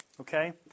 okay